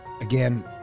Again